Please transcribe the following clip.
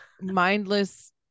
mindless